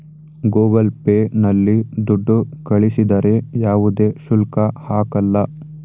Google pay ನಲ್ಲಿ ದುಡ್ಡು ಕಳಿಸಿದರೆ ಯಾವುದೇ ಶುಲ್ಕ ಹಾಕಲ್ಲ